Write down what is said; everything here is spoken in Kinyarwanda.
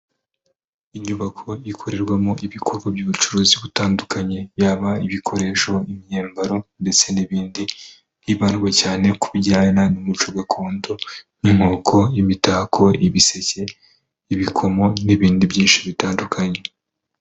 Inyubako ikorerwamo ibikorwa by'ubucuruzi butandukanye, yaba ibikoresho, imyambaro ndetse n'ibindi, hibandwa cyane ku bijyanye n'umuco gakondo, nk'inkoko, imitako, ibiseke, ibikomo n'ibindi byinshi bitandukanye.